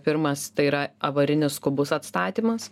pirmas tai yra avarinis skubus atstatymas